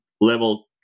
level